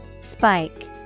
Spike